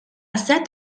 set